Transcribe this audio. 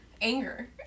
anger